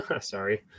Sorry